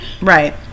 Right